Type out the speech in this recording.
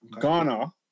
Ghana